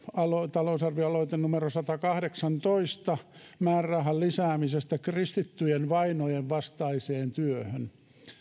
talousarvioaloitteen numero sadankahdeksantoista määrärahan lisäämisestä kristittyjen vainojen vastaiseen työhön